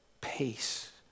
peace